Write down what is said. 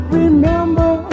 remember